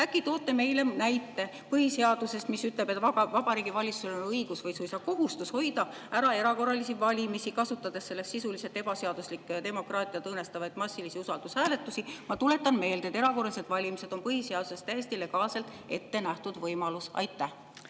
Äkki toote põhiseadusest näite, mis ütleb, et Vabariigi Valitsusel on õigus või suisa kohustus hoida ära erakorralisi valimisi, kasutades selleks sisuliselt ebaseaduslikke, demokraatiat õõnestavaid massilisi usaldushääletusi. Ma tuletan meelde, et erakorralised valimised on põhiseaduses ette nähtud täiesti legaalne võimalus. Aitäh,